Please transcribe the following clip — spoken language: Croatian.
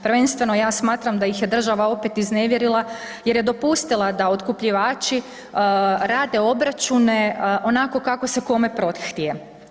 Prvenstveno ja smatram da ih je država opet iznevjerila jer je dopustila da otkupljivači rade obračune onako kako se kome prohtije.